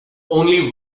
only